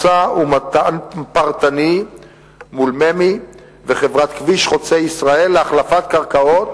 משא-ומתן פרטני מול ממ"י וחברת "כביש חוצה ישראל" להחלפת קרקעות,